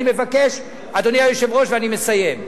אני מבקש, אדוני היושב-ראש, ואני מסיים,